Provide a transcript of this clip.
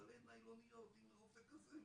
מלא ניילוניות עם רופא כזה,